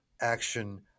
action